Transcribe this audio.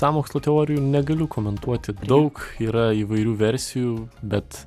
sąmokslo teorijų negaliu komentuoti daug yra įvairių versijų bet